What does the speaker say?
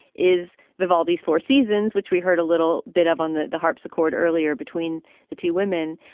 is vivaldi's four seasons, which we heard a little bit of on the the harpsichord earlier between the two women.